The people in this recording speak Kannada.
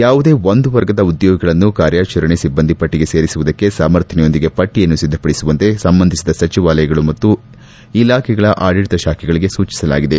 ಯಾವುದೇ ಒಂದು ವರ್ಗದ ಉದ್ಯೋಗಿಗಳನ್ನು ಕಾರ್ಯಾಚರಣೆ ಸಿಬ್ಬಂದಿ ಪಟ್ಟಗೆ ಸೇರಿಸುವುದಕ್ಕೆ ಸಮರ್ಥನೆಯೊಂದಿಗೆ ಪಟ್ಟಿಯನ್ನು ಸಿದ್ದಪಡಿಸುವಂತೆ ಸಂಬಂಧಿಸಿದ ಸಚಿವಾಲಯಗಳು ಮತ್ತು ಇಲಾಖೆಗಳ ಆಡಳಿತ ಶಾಖೆಗಳಿಗೆ ಸೂಚಿಸಲಾಗಿದೆ